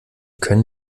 können